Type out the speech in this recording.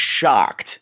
shocked